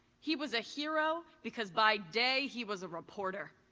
he was a hero because by day, he was a reporter!